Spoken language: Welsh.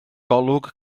golwg